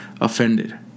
offended